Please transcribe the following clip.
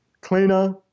cleaner